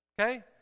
okay